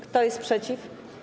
Kto jest przeciw?